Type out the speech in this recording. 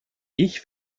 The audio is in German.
ich